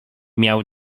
miał